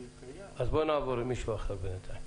בינתיים נעבור למישהו אחר.